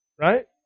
Right